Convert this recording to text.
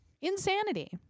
Insanity